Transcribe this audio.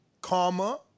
karma